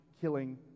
killing